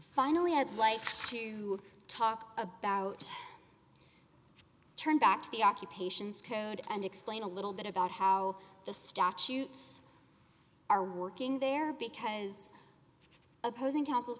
finally i'd like to talk about turn back to the occupations code and explain a little bit about how the statutes are working there because opposing counsel